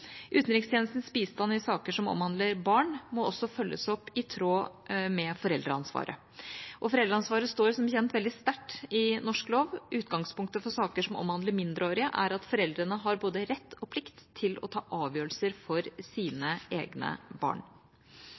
Utenrikstjenestens bistand i saker som omhandler barn, må også følges opp i tråd med foreldreansvaret, og foreldreansvaret står som kjent veldig sterkt i norsk lov. Utgangspunktet for saker som omhandler mindreårige, er at foreldrene har både rett og plikt til å ta avgjørelser for sine egne barn.